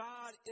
God